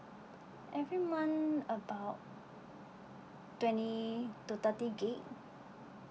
every month about twenty to thirty gig